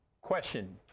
question